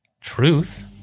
Truth